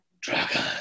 dragon